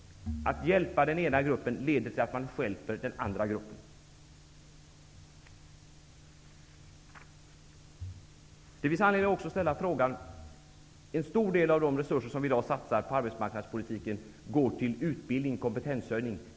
Att hjälpa den ena gruppen leder till att man stjälper den andra. En stor del av de resurser som vi i dag satsar på arbetsmarknadspolitiken går till utbildning -- kompetenshöjning.